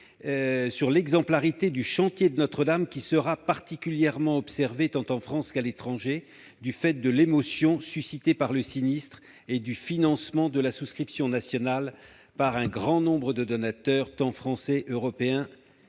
sur l'exemplarité du chantier de Notre-Dame, qui sera particulièrement observé, tant en France qu'à l'étranger, du fait de l'émotion suscitée par le sinistre et du financement de la souscription nationale par un grand nombre de donateurs, qu'ils soient français, européens ou